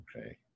Okay